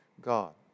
God